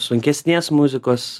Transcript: sunkesnės muzikos